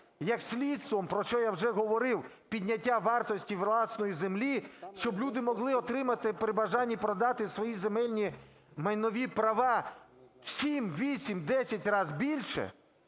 як слідство, про що я вже говорив, підняття вартості власної землі, щоб люди могли отримати при бажанні продати свої земельні майнові права в 7, 8, в 10 разів більше